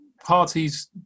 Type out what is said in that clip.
parties